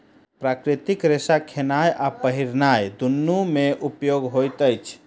प्राकृतिक रेशा खेनाय आ पहिरनाय दुनू मे उपयोग होइत अछि